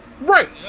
Right